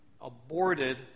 aborted